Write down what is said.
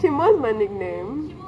shimo's my nickname